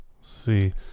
See